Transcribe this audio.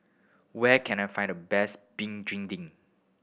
where can I find the best Begedil